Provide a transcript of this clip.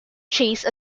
chase